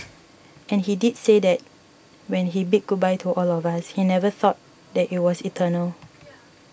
and he did say that when he bid goodbye to all of us he never thought that it was eternal